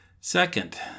Second